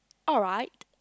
alright